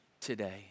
Today